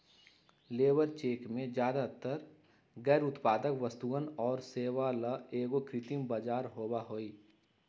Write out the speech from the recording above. labour check में ज्यादातर गैर उत्पादक वस्तुअन और सेवा ला एगो कृत्रिम बाजार होबा हई